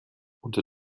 unter